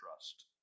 trust